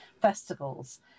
Festivals